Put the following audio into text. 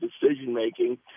decision-making